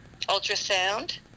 ultrasound